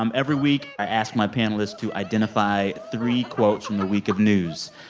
um every week, i ask my panelists to identify three quotes from week of news.